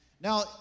Now